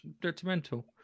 detrimental